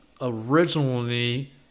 originally